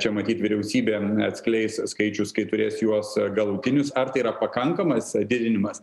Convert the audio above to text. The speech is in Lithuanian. čia matyt vyriausybė atskleis skaičius kai turės juos galutinius ar tai yra pakankamas didinimas